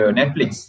Netflix